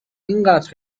اینقدر